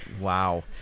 Wow